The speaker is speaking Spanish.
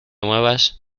muevas